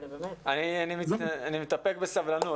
אני מתאפק בסבלנות.